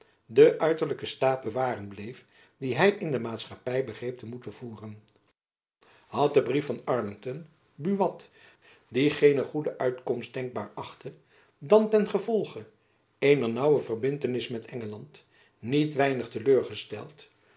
den uiterlijken staat bewaren bleef dien hy in de maatschappy begreep te moeten voeren had de brief van arlington buat die geenegoede uitkomst denkbaar achtte dan ten gevolge eener naauwe verbintenis met engeland niet weinig